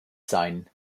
sein